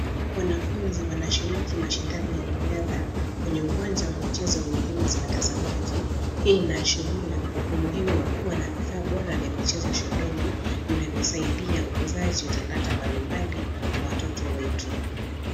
Wanafunzi wanashiriki mashindano ya riadha kwenye uwanja wa michezo wenye hema za watazamaji. Hii inaashiria umuhimu wa kuwa na vifaa bora vya michezo shuleni vinavyosaidia ukuzaji wa talanta mbali mbali kwa watoto wetu.